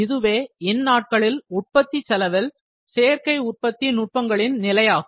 இதுவே இந்நாட்களில் உற்பத்தி செலவில் சேர்க்கை உற்பத்தி நுட்பங்களின் நிலையாகும்